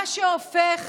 מה שהופך